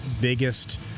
biggest